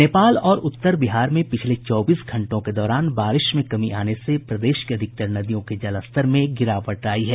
नेपाल और उत्तर बिहार में पिछले चौबीस घंटों के दौरान बारिश में कमी आने से प्रदेश की अधिकतर नदियों के जलस्तर में गिरावट आयी है